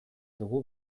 dugu